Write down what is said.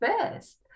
first